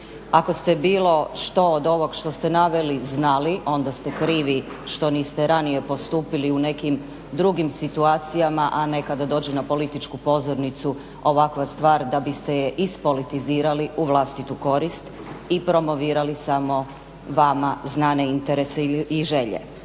Ako ste bilo što od ovog što ste naveli znali onda ste krivi što niste ranije postupili u nekim drugim situacijama a ne kada dođe na političku pozornicu ovakva stvar da biste je ispolitizirali u vlastitu korist i promovirali samo vama znane interese i želje.